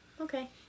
Okay